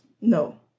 No